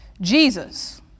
Jesus